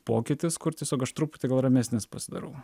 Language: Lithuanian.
pokytis kur tiesiog aš truputį gal ramesnis pasidarau